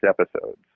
episodes